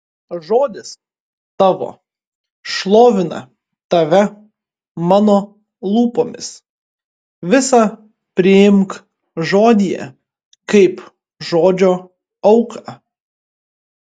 žodis tavo šlovina tave mano lūpomis visa priimk žodyje kaip žodžio auką